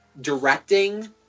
directing